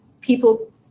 people